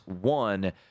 one